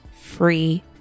free